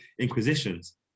inquisitions